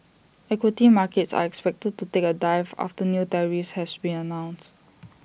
equity markets are expected to take A dive after new tariffs have been announced